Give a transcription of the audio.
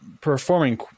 performing